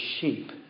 sheep